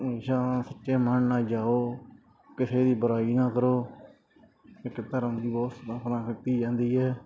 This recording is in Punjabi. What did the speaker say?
ਜਾਂ ਸੱਚੇ ਮਨ ਨਾਲ ਜਾਓ ਕਿਸੇ ਦੀ ਬੁਰਾਈ ਨਾ ਕਰੋ ਸਿੱਖ ਧਰਮ ਕੀਤੀ ਜਾਂਦੀ ਹੈ